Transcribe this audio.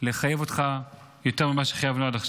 לחייב אותך ביותר ממה שחייבנו עד עכשיו.